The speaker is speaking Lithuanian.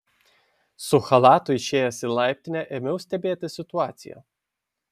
su chalatu išėjęs į laiptinę ėmiau stebėti situaciją